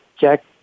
Jack